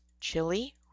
chili